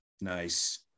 Nice